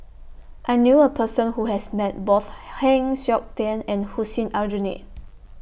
I knew A Person Who has Met Both Heng Siok Tian and Hussein Aljunied